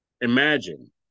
imagine